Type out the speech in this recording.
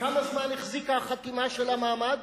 כמה זמן החזיקה החתימה שלה מעמד?